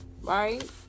right